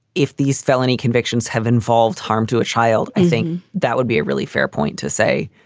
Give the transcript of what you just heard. if these felony convictions have involved harm to a child, i think that would be a really fair point to say.